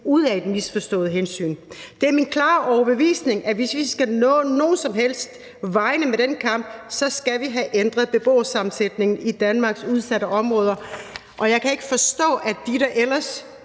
ud fra et misforstået hensyn. Det er min klare overbevisning, at hvis vi skal nå nogen som helst vegne med den kamp, så skal vi have ændret beboersammensætningen i Danmarks udsatte områder, og jeg kan ikke forstå, at de, der ellers